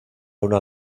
una